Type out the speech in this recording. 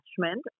attachment